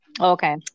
okay